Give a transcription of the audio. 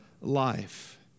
life